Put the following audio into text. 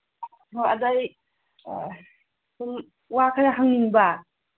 ꯍꯣ ꯑꯗꯣ ꯑꯩ ꯁꯨꯝ ꯋꯥ ꯈꯔ ꯍꯪꯅꯤꯡꯕ